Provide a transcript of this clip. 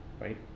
right